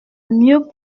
mieux